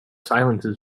silences